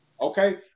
Okay